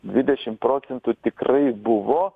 dvidešim procentų tikrai buvo